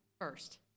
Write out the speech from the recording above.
first